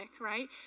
right